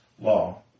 law